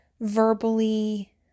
verbally